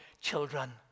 children